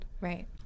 Right